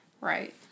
Right